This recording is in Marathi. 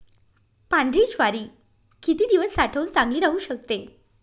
पांढरी ज्वारी किती दिवस साठवून चांगली राहू शकते?